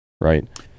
right